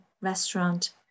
restaurant